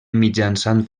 mitjançant